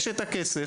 יש הכסף,